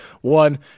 One